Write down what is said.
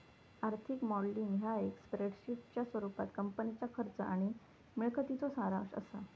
आर्थिक मॉडेलिंग ह्या एक स्प्रेडशीटच्या स्वरूपात कंपनीच्या खर्च आणि मिळकतीचो सारांश असा